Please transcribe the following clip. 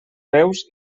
veus